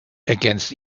against